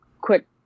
quick